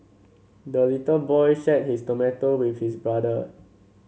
the little boy shared his tomato with his brother